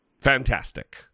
fantastic